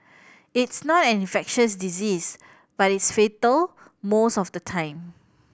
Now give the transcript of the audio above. it's not an infectious disease but it's fatal most of the time